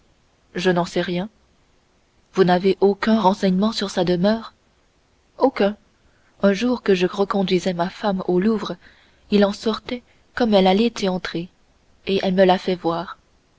je n'en sais rien vous n'avez aucun renseignement sur sa demeure aucun un jour que je reconduisais ma femme au louvre il en sortait comme elle allait y entrer et elle me l'a fait voir